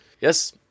Yes